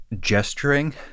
gesturing